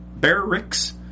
barracks